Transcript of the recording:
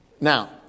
Now